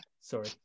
Sorry